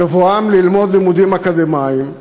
בבואם ללמוד לימודים אקדמיים,